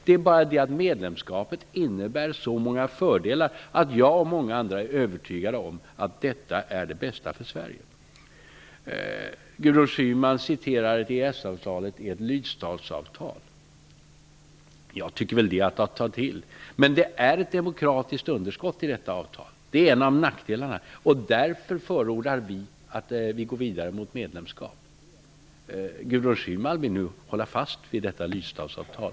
Det är bara det att medlemskapet innebär så många fördelar att jag och många andra är övertygade om att detta är det bästa för Sverige. Gudrun Schyman säger att EES-avtalet är ett lydstatsavtal. Jag tycker att det är att ta i. Men det finns ett demokratiskt underskott i detta avtal. Det är en av nackdelarna, och därför förordar vi att vi går vidare mot medlemskap. Gudrun Schyman vill nu hålla fast vid detta lydtatsavtal.